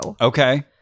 Okay